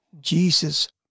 Jesus